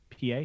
PA